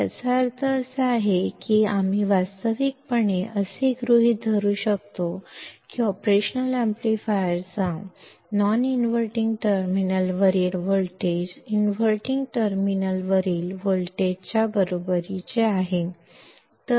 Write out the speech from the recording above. याचा अर्थ असा आहे की आम्ही वास्तविकपणे असे गृहीत धरू शकतो की ऑपरेशनल अॅम्प्लीफायरच्या नॉन इनव्हर्टिंग टर्मिनलवरील व्होल्टेज इनव्हर्टिंग टर्मिनलवरील व्होल्टेजच्या बरोबरीचे आहे